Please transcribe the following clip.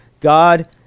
God